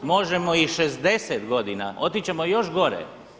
Možemo i 60 godina, otići ćemo još gore.